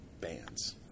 bands